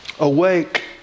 Awake